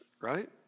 right